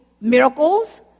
miracles